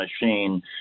machine